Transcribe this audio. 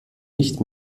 nicht